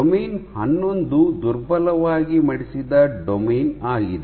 domain ಹನ್ನೊಂದು ದುರ್ಬಲವಾಗಿ ಮಡಿಸಿದ ಡೊಮೇನ್ ಆಗಿದೆ